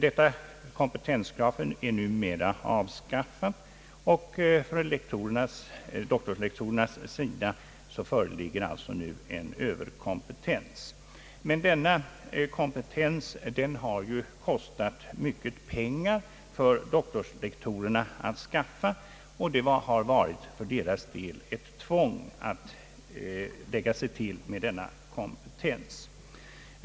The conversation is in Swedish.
Detta kompetenskrav är numera avskaffat, och för doktorslektorerna föreligger en överkompetens. Men det har kostat mycket pengar för doktorslektorerna att skaffa sig denna kompetens, och det har för deras del varit ett tvång att lägga sig till med den.